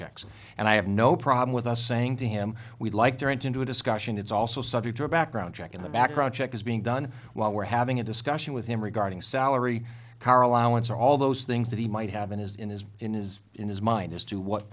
checks and i have no problem with us saying to him we'd like to enter into a discussion it's also subject to a background check in the background check is being done while we're having a discussion with him regarding salary car allowance or all those things that he might have in his in his in his in his mind as to what